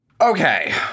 Okay